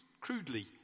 crudely